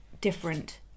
different